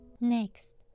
Next